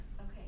Okay